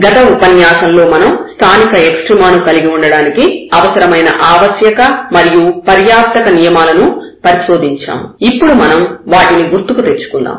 గత ఉపన్యాసంలో మనం స్థానిక ఎక్స్ట్రీమ ను కలిగి ఉండడానికి అవసరమైన ఆవశ్యక మరియు పర్యాప్తక నియమాలను పరిశోధించాము ఇప్పుడు మనం వాటిని గుర్తుకు తెచ్చుకుందాం